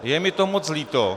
Je mi to moc líto.